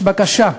יש בקשה,